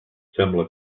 sembla